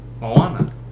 Moana